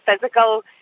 physical